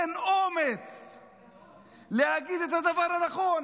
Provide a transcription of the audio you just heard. אין אומץ להגיד את הדבר הנכון,